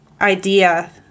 idea